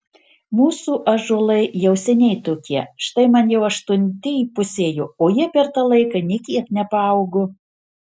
mūsų ąžuolai jau seniai tokie štai man jau aštunti įpusėjo o jie per tą laiką nė kiek nepaaugo